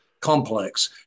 complex